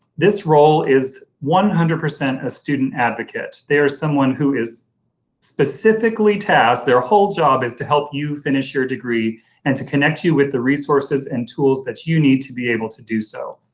this role is one hundred percent a student advocate. they are someone who is specifically tasked their whole job is to help you finish your degree and to connect you with the resources and tools that you need to be able to do so.